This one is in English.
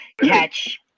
catch